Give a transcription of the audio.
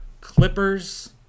Clippers